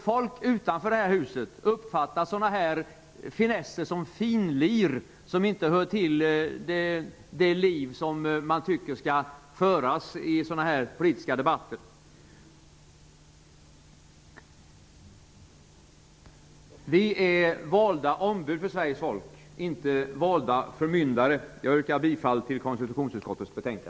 Folk utanför det här huset uppfattar sådana här finesser som finlir, som inte hör till i sådana här politiska debatter. Vi är valda ombud för Sveriges folk, inte valda förmyndare. Jag yrkar bifall till konstitutionsutskottets hemställan.